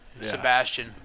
Sebastian